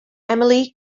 emily